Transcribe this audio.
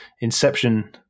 Inception